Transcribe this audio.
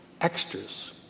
extras